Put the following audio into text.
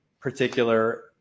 particular